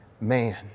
man